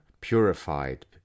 purified